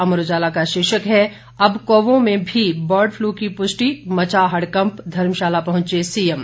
अमर उजाला का शीर्षक है अब कौवों में भी बर्ड फ्लू की पुष्टि मचा हडकंप धर्मशाला पहुंचे सीएम